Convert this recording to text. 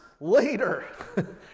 later